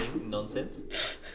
nonsense